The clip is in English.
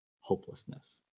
hopelessness